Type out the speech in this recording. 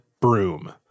broom